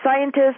scientists